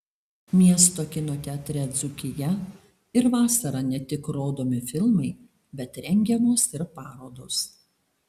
miesto kino teatre dzūkija ir vasarą ne tik rodomi filmai bet rengiamos ir parodos